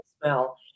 smell